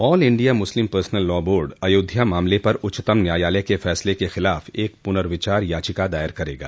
all India Muslim personal law board Ayodhya मामले पर उच्चतम न्यायालय के फैसले के खिलाफ एक पुनर्विचार याचिका दायर करेगा